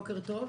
בוקר טוב.